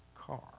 car